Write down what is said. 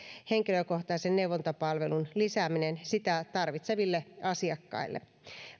henkilökohtaisen neuvontapalvelun lisääminen sitä tarvitseville asiakkaille